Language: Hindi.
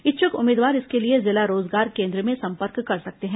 इच्छुक उम्मीदवार इसके लिए जिला रोजगार केन्द्र में संपर्क कर सकते हैं